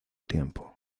tiempo